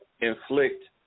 inflict